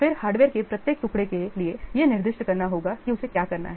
फिर हार्डवेयर के प्रत्येक टुकड़े के लिए यह निर्दिष्ट करना होगा कि उसे क्या करना है